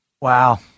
Wow